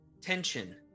Tension